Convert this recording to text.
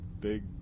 big